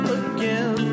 again